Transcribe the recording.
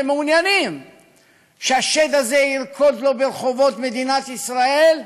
שמעוניינים שהשד הזה ירקוד לו ברחובות מדינת ישראל,